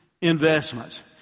investments